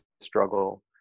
struggle